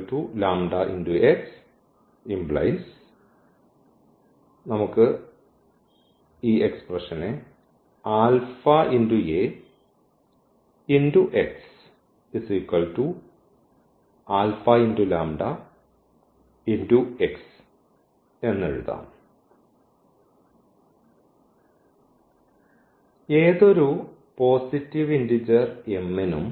• ഏതൊരു positive integer m നും